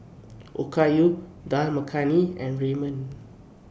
Okayu Dal Makhani and Ramen